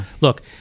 Look